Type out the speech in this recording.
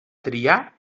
triar